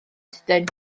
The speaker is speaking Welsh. sydyn